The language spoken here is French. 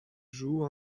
joue